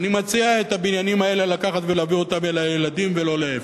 אני מציע את הבניינים האלה לקחת ולהעביר אותם אל הילדים ולא להיפך.